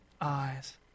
eyes